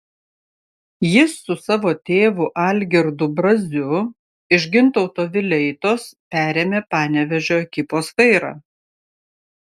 jis su savo tėvu algirdu braziu iš gintauto vileitos perėmė panevėžio ekipos vairą